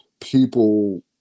people